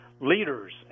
leaders